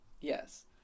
Yes